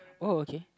uh okay